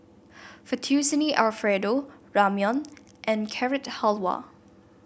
Fettuccine Alfredo Ramyeon and Carrot Halwa